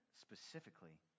specifically